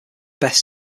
best